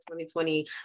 2020